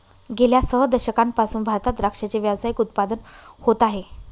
गेल्या सह दशकांपासून भारतात द्राक्षाचे व्यावसायिक उत्पादन होत आहे